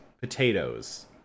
potatoes